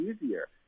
easier